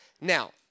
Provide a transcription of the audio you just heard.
now